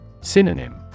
Synonym